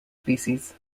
species